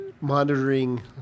monitoring